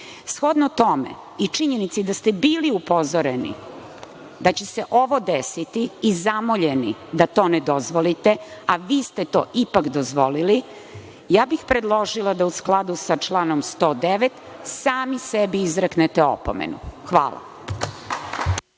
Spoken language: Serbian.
dana. Shodno tome i činjenici i da ste bili upozoreni da će se ovo desiti i zamoljeni da to ne dozvolite, a vi ste to ipak dozvolili, ja bih predložila da u skladu sa članom 109. sami sebi izreknete opomenu. Hvala.